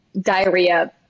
diarrhea